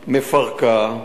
מפרקה,